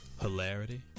hilarity